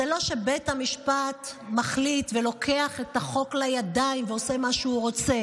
זה לא שבית המשפט מחליט ולוקח את החוק לידיים ועושה מה שהוא רוצה.